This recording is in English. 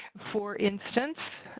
for instance,